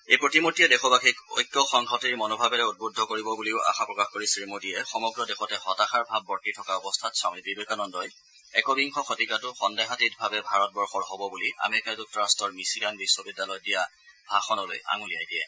এই প্ৰতিমূৰ্তিয়ে দেশবাসীক ঐক্য সংহতিৰ মনোভাৱেৰে উদ্বদ্ধ কৰিব বুলিও আশা প্ৰকাশ কৰি শ্ৰীমোদীয়ে সমগ্ৰ দেশতে হতাশাৰ ভাৱ বৰ্তি থকা অৱস্থাত স্বামী বিবেকানন্দই একবিংশ শতিকাটো সন্দেহাতীতভাৱে ভাৰতবৰ্ষৰ হ'ব বুলি আমেৰিকা যুক্তৰাষ্টৰ মিচিগান বিশ্ববিদ্যালয়ত দিয়া ভাষণলৈ আঙুলিয়াই দিয়ে